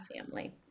family